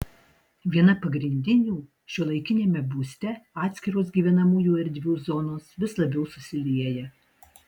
viena pagrindinių šiuolaikiniame būste atskiros gyvenamųjų erdvių zonos vis labiau susilieja